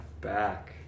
back